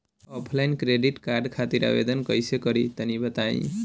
Offline credit card खातिर आवेदन कइसे करि तनि बताई?